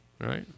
right